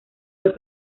del